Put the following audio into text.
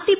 T P